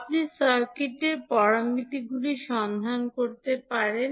আপনি সার্কিটের প্যারামিটারগুলি সন্ধান করতে পারেন